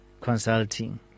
Consulting